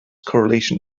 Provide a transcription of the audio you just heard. correlation